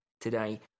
today